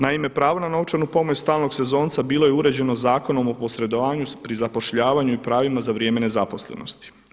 Naime pravo na novčanu pomoć stalnog sezonca bilo je uređeno Zakonom o posredovanju pri zapošljavanju i pravima za vrijeme nezaposlenosti.